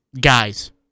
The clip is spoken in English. guys